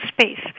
space